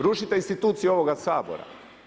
Rušite instituciju ovoga Sabora.